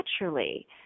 naturally